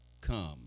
come